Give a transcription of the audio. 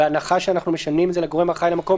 בהנחה שאנחנו משנים את זה ל"גורם האחראי על המקום"